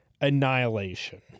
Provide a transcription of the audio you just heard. annihilation